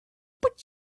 but